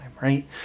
right